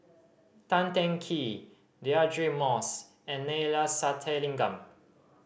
Tan Teng Kee Deirdre Moss and Neila Sathyalingam